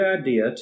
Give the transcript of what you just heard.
idea